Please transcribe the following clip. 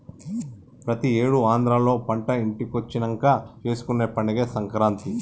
ప్రతి ఏడు ఆంధ్రాలో పంట ఇంటికొచ్చినంక చేసుకునే పండగే సంక్రాంతి